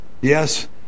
Yes